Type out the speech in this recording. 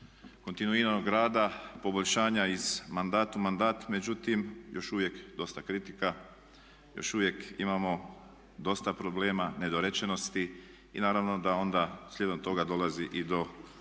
kontinuiranog rada, poboljšanja iz mandata u mandat, međutim još uvijek dosta kritika, još uvijek imamo dosta problema, nedorečenosti i naravno da onda slijedom toga dolazi i do upravnih